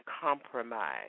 compromise